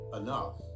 enough